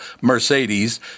Mercedes